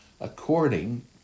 according